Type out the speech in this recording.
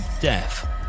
death